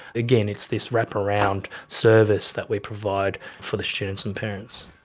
again, it's this wraparound service that we provide for the students and parents.